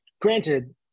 granted